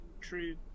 true